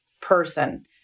person